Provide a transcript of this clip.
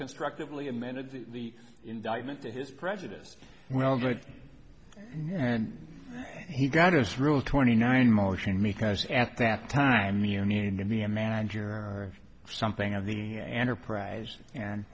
constructively amended the indictment to his prejudice well good and he got his rule twenty nine motion me because at that time you needed to be a manager or something of the enterprise and